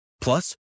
Plus